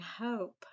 hope